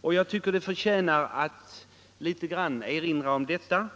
och jag tycker att det bör erinras litet grand om detta.